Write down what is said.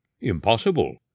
Impossible